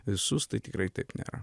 visus tai tikrai taip nėra